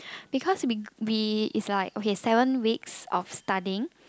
because we we is like okay seven weeks of studying